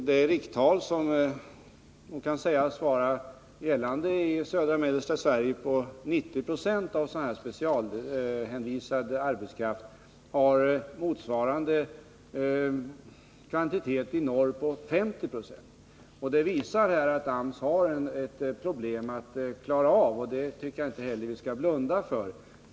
Den andel som kan sägas vara gällande i södra och mellersta Sverige beträffande sådan här specialanvisad arbetskraft är 90 26, medan motsvarande andel i Norrland är 50 96. Det visar att AMS har ett problem att klara av. Det tycker jag att vi inte skall blunda för.